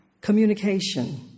communication